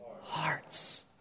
hearts